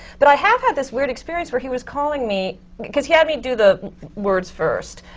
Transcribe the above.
but i have had this weird experience where he was calling me because he had me do the words first.